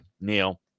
Neil